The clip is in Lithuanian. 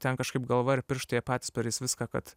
ten kažkaip galva ir pirštai jie patys padarys viską kad